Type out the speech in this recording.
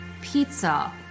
pizza